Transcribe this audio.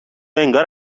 انگار